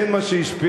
כן מה שהשפיע,